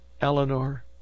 Eleanor